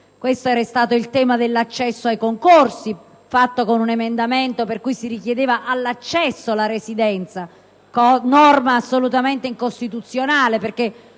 questo è stato il tema dell'accesso ai concorsi, proposto con un emendamento in cui si richiedeva all'accesso la residenza (norma assolutamente incostituzionale perché